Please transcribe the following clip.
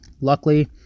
luckily